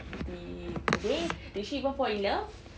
did did they did she even fall in love